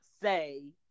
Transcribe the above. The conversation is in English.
say